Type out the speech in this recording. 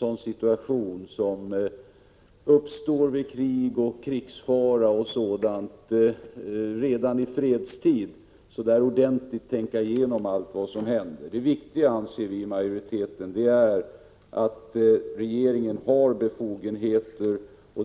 1986/87:133 fredstid ordentligt tänka igenom allt vad som kan hända i sådana situationer 1 juni 1987 som uppstår vid krig eller krigsfara. Vi i utskottsmajoriteten anser att det viktiga är att slå fast att regeringen har dessa befogenheter.